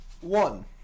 one